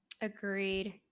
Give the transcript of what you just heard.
Agreed